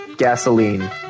gasoline